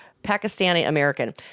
Pakistani-American